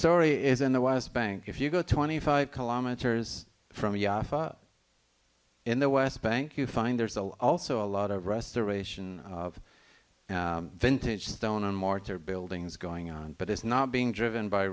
story is in the west bank if you go twenty five kilometer from ya in the west bank you find there's also a lot of restoration of vintage stone and mortar buildings going on but it's not being driven by